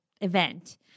event